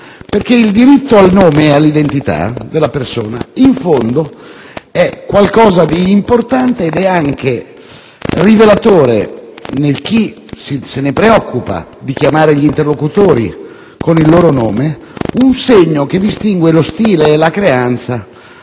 perché il diritto al nome e all'identità della persona in fondo è qualcosa di importante ed è anche rivelatore, in chi si preoccupa di chiamare gli interlocutori con il loro nome, un segno che distingue lo stile e la creanza